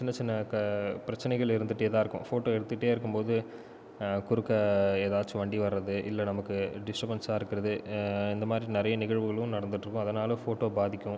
சின்ன சின்ன பிரச்சினைகள் இருந்துக்கிட்டே தான் இருக்கும் போட்டோ எடுத்துக்கிட்டே இருக்கும்போது குறுக்க ஏதாச்சு வண்டி வரது இல்லை நமக்கு டிஸ்டர்பன்ஸாக இருக்கிறது இந்த மாதிரி நிறைய நிகழ்வுகளும் நடந்துட்டு இருக்கும் அதனால் போட்டோ பாதிக்கும்